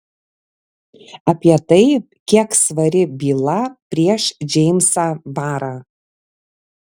apie tai kiek svari byla prieš džeimsą barą